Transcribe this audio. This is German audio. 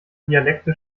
dialekte